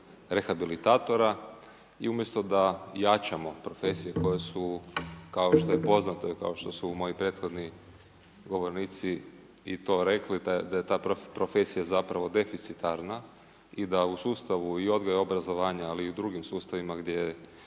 rehabilitatora. I umjesto da jačamo profesije koje su kao što je poznato i kao što su moj i prethodni govornici i to rekli da je ta profesija zapravo deficitarna i da u sustavu i odgoja i obrazovanja ali i u drugim sustavima gdje je